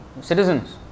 citizens